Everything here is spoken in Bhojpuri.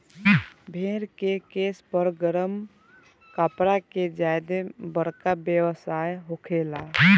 भेड़ के केश पर गरम कपड़ा के ज्यादे बरका व्यवसाय होखेला